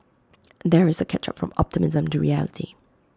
there is A catch up from optimism to reality